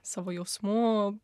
savo jausmų